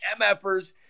MFers